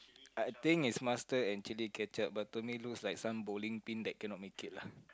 I I think is mustard and chili ketchup but to me is looks some bowling pin that cannot make it lah